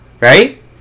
right